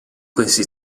questi